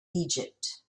egypt